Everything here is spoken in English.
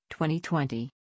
2020